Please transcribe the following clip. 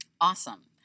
Awesome